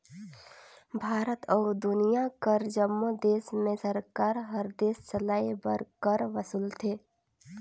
भारत अउ दुनियां कर जम्मो देस में सरकार हर देस चलाए बर कर वसूलथे